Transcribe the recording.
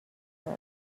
well